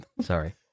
Sorry